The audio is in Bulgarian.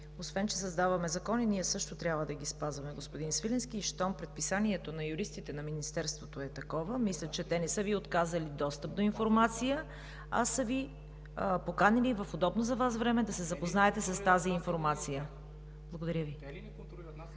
Освен, че създаваме закони, ние също трябва да ги спазваме, господин Свиленски. И щом предписанието на юристите на Министерството е такова – мисля, че те не са Ви отказали достъп до информация, а са Ви поканили в удобно за Вас време да се запознаете с тази информация! Благодаря Ви.